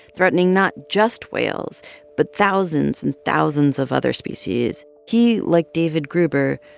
threatening not just whales but thousands and thousands of other species, he, like david gruber,